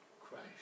Christ